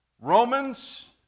Romans